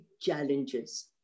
challenges